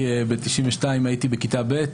ב-1992 הייתי בכיתה ב',